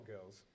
girls